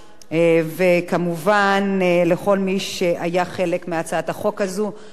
וכמובן, לכל מי שהיה חלק מהצעת החוק הזאת.